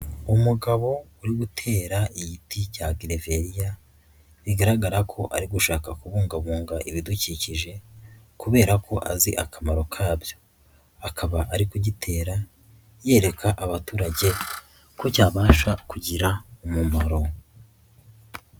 Umugabo uri gutera igiti cya gereveriya, bigaragara ko ari gushaka kubungabunga ibidukikije kubera ko azi akamaro kabyo, akaba ari kugitera yereka abaturage ko cyabasha kugira umumaro.